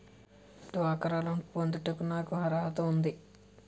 డ్వాక్రా లోన్ పొందటానికి నాకు అర్హత ఉందా?